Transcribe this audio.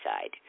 side